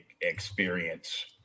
experience